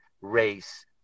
race